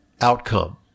outcome